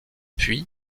puis